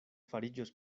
fariĝos